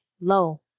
low